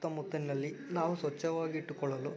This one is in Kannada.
ಸುತ್ತಮುತ್ತಲಿನಲ್ಲಿ ನಾವು ಸ್ವಚ್ಛವಾಗಿಟ್ಟುಕೊಳ್ಳಲು